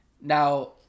now